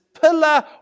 pillar